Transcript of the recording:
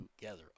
together